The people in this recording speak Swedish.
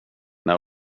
när